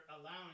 allowing